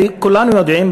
וכולנו יודעים,